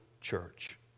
church